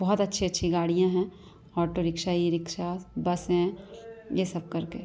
बहुत अच्छी अच्छी गाड़ियाँ हैं auto rickshaw e rickshaw bus हैं ये सब करके